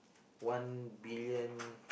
one billion